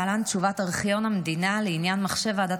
להלן תשובה ארכיון המדינה לעניין מחשב ועדת